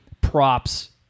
props